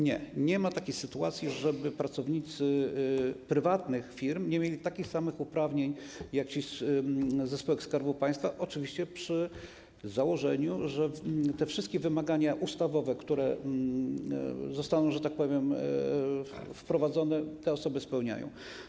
Nie, nie ma takiej sytuacji, żeby pracownicy prywatnych firm nie mieli takich samych uprawnień jak ci ze spółek Skarbu Państwa, oczywiście przy założeniu, że wszystkie wymagania ustawowe, które zostaną wprowadzone, te osoby spełniają.